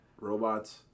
Robots